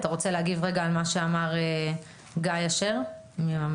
אתה רוצה להגיב על מה שאמר גיא אשר מהמבת"ן?